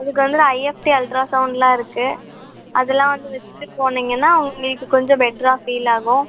அதுக்கு வந்துட்டு IFT ultra சவுண்டெலாம் இருக்குது அதெல்லாம் வந்து வச்சிட்டு போனீங்கன்னால் உங்களுக்கு கொஞ்சம் பெட்ராக ஃபீல் ஆகும்